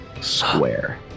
square